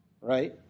right